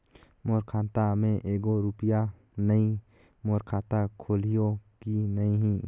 मोर खाता मे एको रुपिया नइ, मोर खाता खोलिहो की नहीं?